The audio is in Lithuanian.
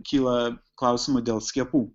kyla klausimų dėl skiepų